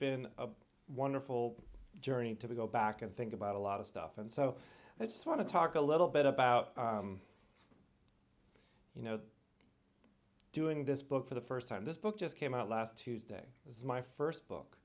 been a wonderful journey to go back and think about a lot of stuff and so that's want to talk a little bit about you know doing this book for the first time this book just came out last tuesday this is my first book